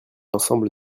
ensemble